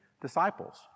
disciples